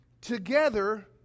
together